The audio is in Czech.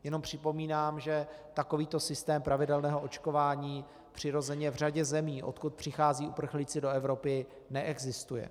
Jenom připomínám, že takovýto systém pravidelného očkování přirozeně v řadě zemí, odkud přicházejí uprchlíci do Evropy, neexistuje.